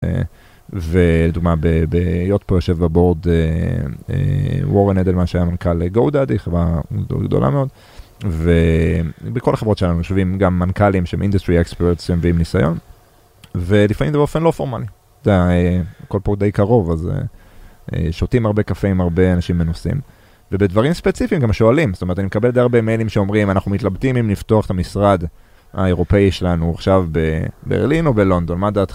ולדוגמה, ב? פה יושב בבורד וורן אדלמן, מה שהיה מנכ״ל go daddy חברה גדולה מאוד ובכל החברות שלנו יושבים גם מנכ״לים שהם אינדסטרי אקספרטים ועם ניסיון ולפעמים זה באופן לא פורמלי, הכל פה די קרוב, אז שותים הרבה קפה עם הרבה אנשים מנוסים ובדברים ספציפיים גם שואלים, זאת אומרת אני מקבל די הרבה מיילים שאומרים אנחנו מתלבטים אם לפתוח את המשרד האירופאי שלנו עכשיו בברלין או בלונדון, מה דעתך?